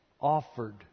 offered